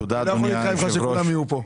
תודה, אדוני היושב ראש.